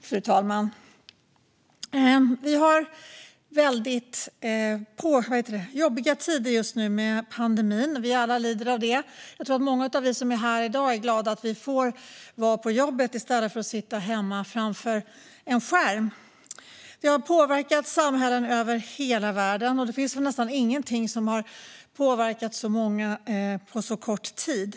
Fru talman! Vi har väldigt jobbiga tider just nu med pandemin. Vi lider alla av den. Jag tror att många av oss som är här i dag är glada att vi får vara på jobbet i stället för att sitta hemma framför en skärm. Pandemin har påverkat samhällen över hela världen - det finns väl nästan ingenting som har påverkat så många på så kort tid.